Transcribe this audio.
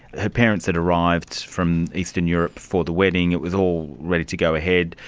her parents had arrived from eastern europe for the wedding, it was all ready to go ahead.